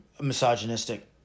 misogynistic